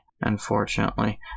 unfortunately